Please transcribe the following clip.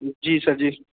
जी sir जी